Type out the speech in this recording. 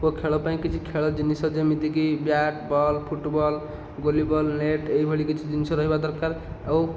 ଉକ୍ତ ଖେଳ ପାଇଁ କିଛି ଖେଳ ଜିନିଷ ଯେମିତିକି bat ball football volleyball net ଏହିଭଳି କିଛି ଜିନିଷ ରହିବ ଦରକାର ଆଉ